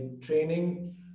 training